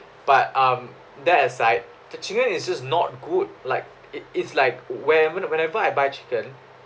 but um that aside the chicken is just not good like i~ it's like where when~ whenever I buy chicken